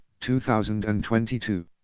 2022